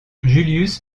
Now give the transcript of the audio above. julius